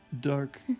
Dark